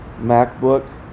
MacBook